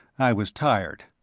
i was tired.